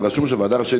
ורשום "ועדה רשאית,